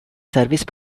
service